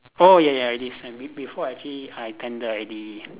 oh ya ya I did send be~ before I actually I tender already